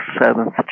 seventh